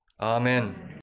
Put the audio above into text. Amen